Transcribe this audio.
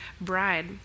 bride